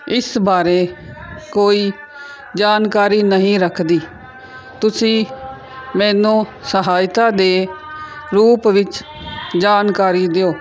ਇਸ ਬਾਰੇ ਕੋਈ ਜਾਣਕਾਰੀ ਨਹੀਂ ਰੱਖਦੀ ਤੁਸੀਂ ਮੈਨੂੰ ਸਹਾਇਤਾ ਦੇ ਰੂਪ ਵਿੱਚ ਜਾਣਕਾਰੀ ਦਿਓ